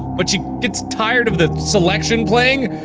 but she gets tired of the selection playing?